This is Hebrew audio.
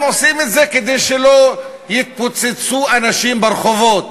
עושים את זה כדי שלא יתפוצצו אנשים ברחובות.